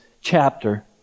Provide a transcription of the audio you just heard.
chapter